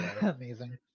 Amazing